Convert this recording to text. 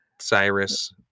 Cyrus